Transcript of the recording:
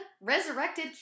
resurrected